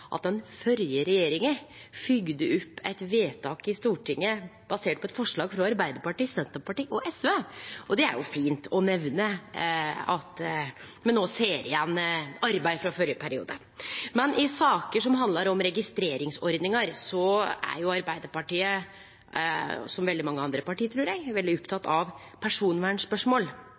at den førre regjeringa fylgde opp eit vedtak i Stortinget basert på eit forslag frå Arbeidarpartiet, Senterpartiet og SV, og det er jo fint å nemne at me no ser igjen arbeid frå førre periode. I saker som handlar om registreringsordningar, er Arbeidarpartiet, som veldig mange andre parti, trur eg, veldig oppteke av